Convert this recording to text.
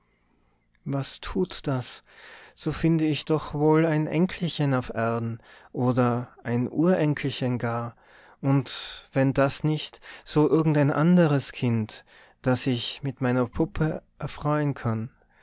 was tut das so finde ich doch wohl ein enkelchen auf erden oder ein urenkelchen gar und wenn das nicht so irgend ein andres kind das ich mit meiner puppe erfreuen kann